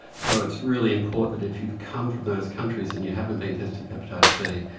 so it's really important that if you've come from those countries and you haven't been tested for hepatitis c,